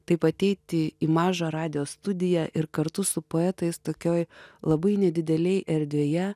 taip ateiti į mažą radijo studiją ir kartu su poetais tokioj labai nedidelėj erdvėje